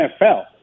NFL